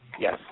Yes